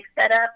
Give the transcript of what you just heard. setup